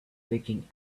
leaking